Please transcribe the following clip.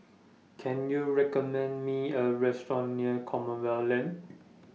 Can YOU recommend Me A Restaurant near Commonwealth Lane